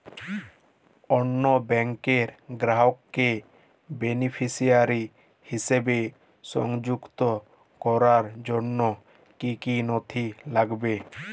অন্য ব্যাংকের গ্রাহককে বেনিফিসিয়ারি হিসেবে সংযুক্ত করার জন্য কী কী নথি লাগবে?